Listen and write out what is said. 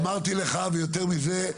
אמרתי לך ויותר מזה,